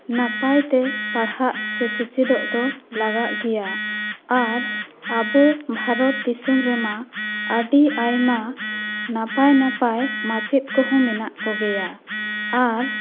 ᱱᱟᱯᱟᱭᱛᱮ ᱯᱟᱲᱦᱟᱜ ᱥᱮ ᱥᱮᱪᱮᱫᱚᱜ ᱫᱚ ᱞᱟᱜᱟᱜ ᱜᱮᱭᱟ ᱟᱨ ᱟᱵᱳ ᱵᱷᱟᱨᱚᱛ ᱫᱤᱥᱚᱢ ᱨᱮᱢᱟ ᱟᱹᱰᱤ ᱟᱭᱢᱟ ᱱᱟᱯᱟᱭ ᱱᱟᱯᱟᱭ ᱢᱟᱪᱮᱫ ᱠᱚᱦᱚᱸ ᱢᱮᱱᱟᱜ ᱠᱚ ᱜᱮᱭᱟ ᱟᱨ